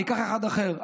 ניקח אחד אחר.